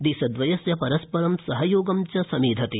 देशद्रयस्य परस्परं सहयोगं च समेधते